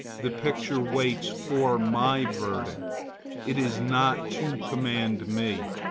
the picture waits for my verdict it is not to command me,